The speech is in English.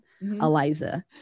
Eliza